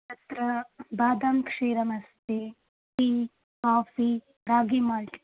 तत्र बादां क्षीरमस्ति टी काफ़ी रागी माल्ट्